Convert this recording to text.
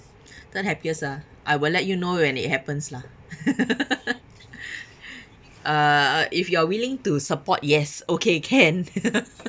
third happiest ah I will let you know when it happens lah uh if you are willing to support yes okay can